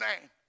name